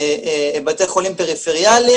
בתי חולים פריפריאליים,